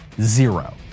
zero